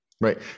right